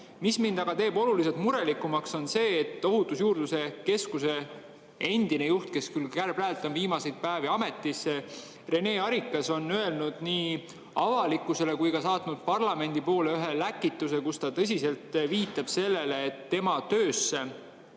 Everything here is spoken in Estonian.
mind teeb aga oluliselt murelikumaks, on see, et Ohutusjuurdluse Keskuse endine juht Rene Arikas, kes küll praegu on viimaseid päevi ametis, on öelnud nii avalikkusele kui ka saatnud parlamendi poole ühe läkituse, kus ta tõsiselt viitab sellele, et tema töösse